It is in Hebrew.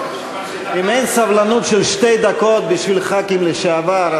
אם אין סבלנות של שתי דקות בשביל חברי כנסת לשעבר,